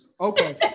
Okay